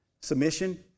Submission